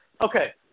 okay